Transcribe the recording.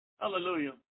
Hallelujah